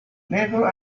never